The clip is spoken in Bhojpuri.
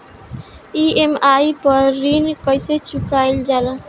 ई.एम.आई पर ऋण कईसे चुकाईल जाला?